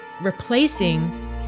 replacing